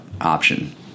option